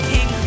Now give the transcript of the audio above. King